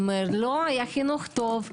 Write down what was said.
הוא אמר, לא, היה חינוך טוב.